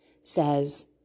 says